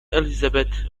elizabeth